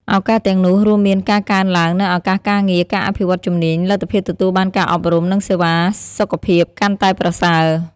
ឱកាសទាំងនោះរួមមានការកើនឡើងនូវឱកាសការងារ ការអភិវឌ្ឍជំនាញ លទ្ធភាពទទួលបានការអប់រំ និងសេវាសុខភាពកាន់តែប្រសើរ។